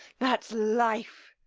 that's life!